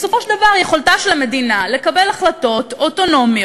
בסופו של דבר זו יכולתה של המדינה לקבל החלטות אוטונומיות